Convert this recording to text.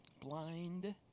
Blind